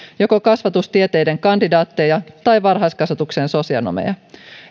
joko kasvatustieteiden kandidaatteja tai varhaiskasvatuksen sosionomeja